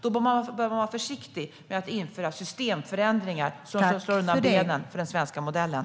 Då bör man vara försiktig med att införa systemförändringar som slår undan benen för den svenska modellen.